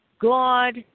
God